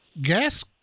gas